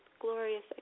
glorious